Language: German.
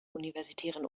universitären